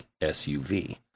SUV